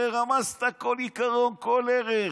הרי רמסת כל עיקרון, כל ערך,